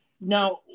Now